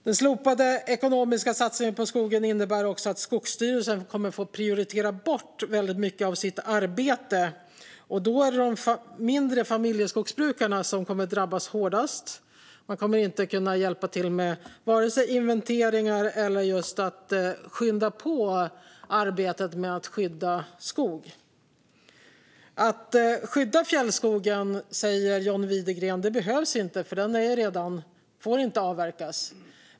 Den slopade ekonomiska satsningen på skogen innebär också att Skogsstyrelsen kommer att få prioritera bort väldigt mycket av sitt arbete, och då är det de mindre familjeskogsbrukarna som kommer att drabbas hårdast. De kommer inte att kunna hjälpa till vare sig med inventeringar eller med att just skynda på arbetet med att skydda skog. Att skydda fjällskogen säger John Widegren inte behövs, för den får inte avverkas.